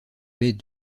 baies